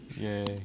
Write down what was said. Yay